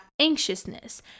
anxiousness